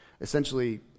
essentially